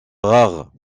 rare